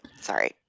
Sorry